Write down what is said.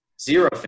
zero